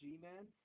G-man